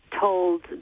told